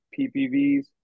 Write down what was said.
PPVs